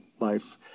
life